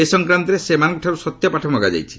ଏ ସଂକ୍ରାନ୍ତରେ ସେମାନଙ୍କଠାରୁ ସତ୍ୟପାଠ ମଧ୍ୟ ମଗା ଯାଇଛି